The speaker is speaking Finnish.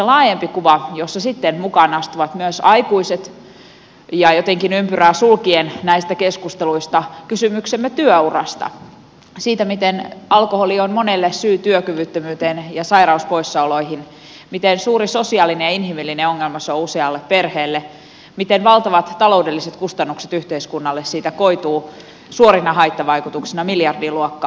siinä laajemmassa kuvassa sitten mukaan astuvat myös aikuiset ja jotenkin ympyrää sulkien näistä keskusteluista kysymyksemme työurasta siitä miten alkoholi on monelle syy työkyvyttömyyteen ja sairauspoissaoloihin miten suuri sosiaalinen ja inhimillinen ongelma se on usealle perheelle miten valtavat taloudelliset kustannukset yhteiskunnalle siitä koituvat suorina haittavaikutuksina miljardiluokkaa